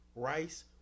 Rice